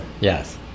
yes